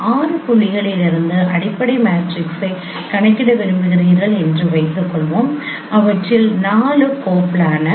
6 புள்ளிகளிலிருந்து அடிப்படை மேட்ரிக்ஸைக் கணக்கிட விரும்புகிறீர்கள் என்று வைத்துக்கொள்வோம் அவற்றில் 4 கோப்லானார்